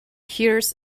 hears